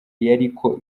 yariko